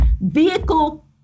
vehicle